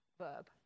verb